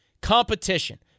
Competition